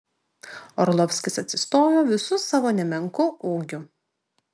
orlovskis atsistojo visu savo nemenku ūgiu